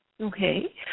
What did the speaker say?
Okay